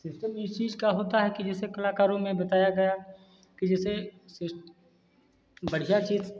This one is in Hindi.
सिस्टम इस चीज़ का होता है कि जैसे कलाकारों में बताया गया कि जैसे सिस बढ़ियाँ चीज़